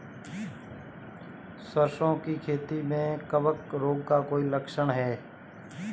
सरसों की खेती में कवक रोग का कोई लक्षण है?